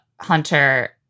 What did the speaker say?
Hunter